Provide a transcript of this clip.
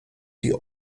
die